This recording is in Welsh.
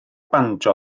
banjo